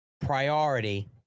priority